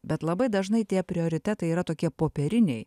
bet labai dažnai tie prioritetai yra tokie popieriniai